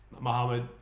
Mohammed